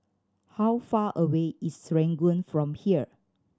how far away is Serangoon from here